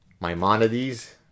Maimonides